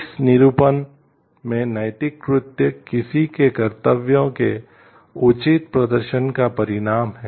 इस निरूपण में नैतिक कृत्य किसी के कर्तव्यों के उचित प्रदर्शन का परिणाम है